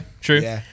true